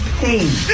pain